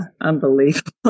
Unbelievable